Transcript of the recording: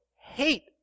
hate